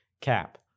cap